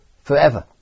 forever